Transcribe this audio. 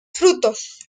frutos